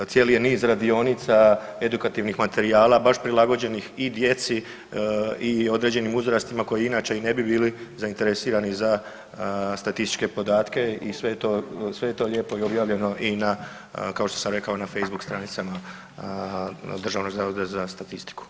Cijeli je niz radionica, edukativnih materijala baš prilagođenih i djeci i određenim uzrastima koji inače i ne bi bili zainteresirani za statističke podatke i sve je to lijepo objavljeno i na kao što sam rekao na Facebook stranicama Državnog zavoda za statistiku.